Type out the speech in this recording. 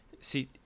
See